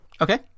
Okay